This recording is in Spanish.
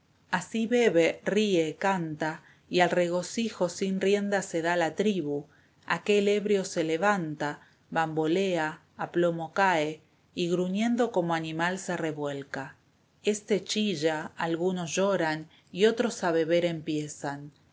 así bebe ríe canta y al regocijo sin rienda esteban echevbeeía se dá la tribu aquel ebrio se levanta bambolea a plomo cae y gruñendo como animal se revuelca este chilla algunos lloran y otros a beber empiezan